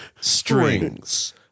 strings